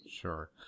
Sure